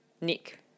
Nick